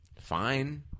fine